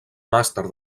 màster